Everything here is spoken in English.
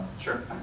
Sure